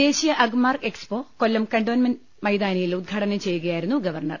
ദേശീയ Agmark expo Kollam cantonment മൈതാനിയിൽ ഉദ്ഘാടനം ചെയ്യുകയായിരുന്നു ഗവർണർ